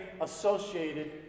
associated